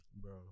bro